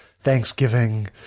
Thanksgiving